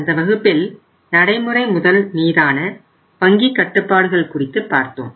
கடந்த வகுப்பில் நடைமுறை முதல் மீதான வங்கி கட்டுப்பாடுகள் குறித்து பார்த்தோம்